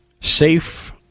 safe